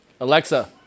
Alexa